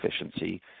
efficiency